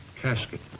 casket